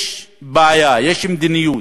יש בעיה, יש מדיניות,